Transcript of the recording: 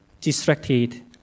distracted